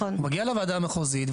הוא מגיע לוועדה המחוזית,